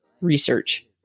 research